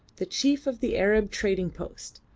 the chief of the arab trading post,